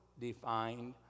defined